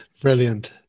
Brilliant